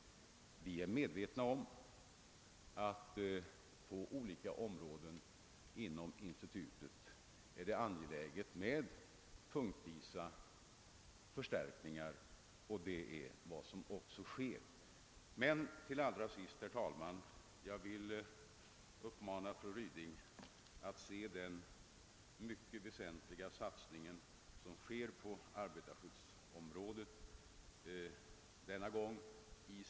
Vi är medvetna om att det på olika områden inom institutet är angeläget med punktvisa förstärkningar, och det är också vad som sker. Allra sist, herr talman, vill jag uppmana fru Ryding att i sitt totala sammanhang se den mycket väsentliga satsning som sker på arbetarskyddets område.